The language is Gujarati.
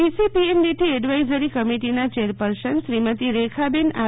પીસી પીએનડીટી એડવાઈઝરી કમિટીના ચેરપર્સન શ્રીમતિ રેખાબેન આર